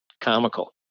comical